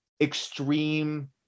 extreme